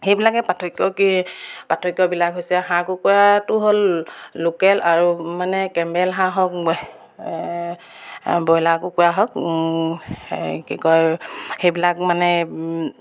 সেইবিলাকে পাৰ্থক্য কি পাৰ্থক্যবিলাক হৈছে হাঁহ কুকুৰাটো হ'ল লোকেল আৰু মানে কেম্বেল হাঁহ হওক ব্ৰইলাৰ কুকুৰা হওক কি কয় সেইবিলাক মানে